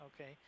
okay